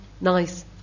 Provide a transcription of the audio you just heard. NICE